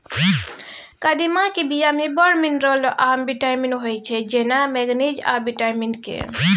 कदीमाक बीया मे बड़ मिनरल आ बिटामिन होइ छै जेना मैगनीज आ बिटामिन के